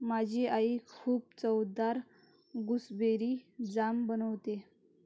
माझी आई खूप चवदार गुसबेरी जाम बनवते